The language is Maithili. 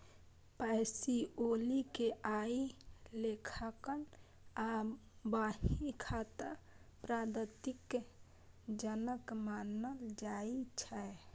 पैसिओली कें आइ लेखांकन आ बही खाता पद्धतिक जनक मानल जाइ छै